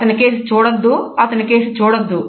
అతనికేసి చూడొద్దు అతనికేసి చూడొద్దు